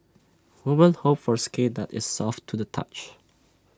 women hope for skin that is soft to the touch